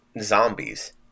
zombies